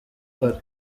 uhari